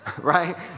Right